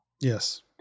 Yes